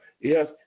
yes